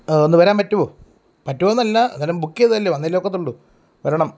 ഒന്ന് വരാൻ പറ്റുമോ പറ്റുമോയെന്നല്ല എന്തായാലും ബുക്ക് ചെയ്തതല്ലേ വന്നല്ലോ ഒക്കത്തുള്ളു വരണം